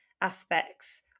aspects